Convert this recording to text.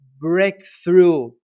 breakthrough